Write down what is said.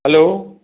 hello